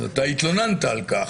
אתה התלוננת על כך.